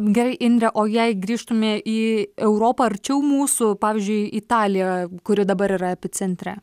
gerai indre o jei grįžtume į europą arčiau mūsų pavyzdžiui italija kuri dabar yra epicentre